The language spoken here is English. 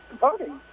voting